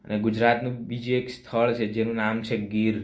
ગુજરાતનું બીજું એક સ્થળ છે જેનું નામ છે ગીર